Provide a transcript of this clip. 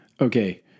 Okay